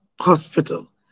hospital